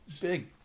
big